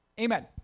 amen